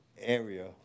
area